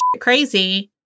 crazy